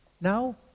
Now